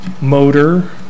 motor